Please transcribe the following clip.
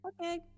Okay